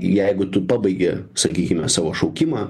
jeigu tu pabaigi sakykime savo šaukimą